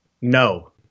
No